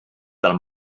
del